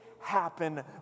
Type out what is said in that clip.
happen